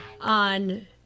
on